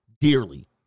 dearly